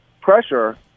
pressure